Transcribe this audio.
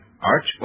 Arch